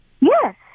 Yes